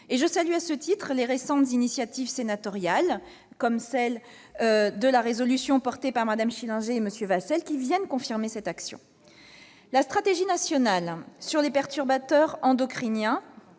Je salue à ce titre les récentes initiatives sénatoriales, comme la proposition de résolution soutenue par Patricia Schillinger et Alain Vasselle, qui viennent confirmer cette action. La stratégie nationale sur les perturbateurs endocriniens